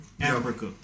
Africa